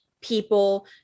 people